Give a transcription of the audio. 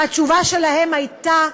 והתשובה שלהם הייתה: